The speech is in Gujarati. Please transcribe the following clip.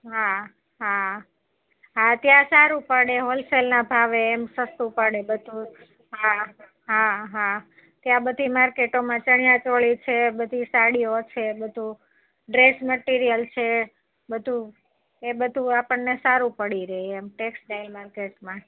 હા હા હા ત્યાં સારું પડે હોલસેલના ભાવે એમ સસ્તું પડે બધું હા હા હા ત્યાં બધે માર્કેટોમાં ચણીયા ચોળી છે બધી સાડીઓ છે બધું ડ્રેસ મટિરિયલ છે બધું એ બધું આપણને સારું પડી રહે એમ ટેક્સટાઇલ માર્કેટમાં